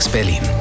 Berlin